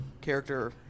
character